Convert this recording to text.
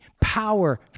Power